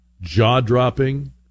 jaw-dropping